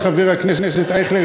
חבר הכנסת אייכלר,